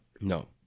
No